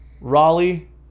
Raleigh